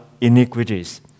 iniquities